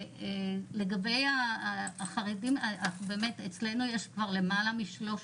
לגבי החרדים, אצלנו יש כבר למעלה מ-300